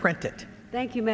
printed thank you